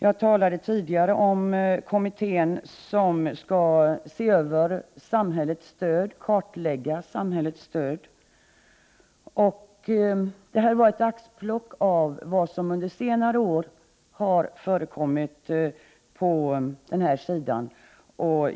Jag talade tidigare om den kommitté som skall se över och kartlägga samhällets stöd. Detta var ett axplock av vad som under senare år har förekommit på den här sidan.